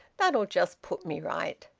that'll just put me right.